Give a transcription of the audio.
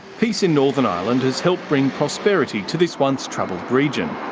peace in northern ireland has helped bring prosperity to this once troubled region.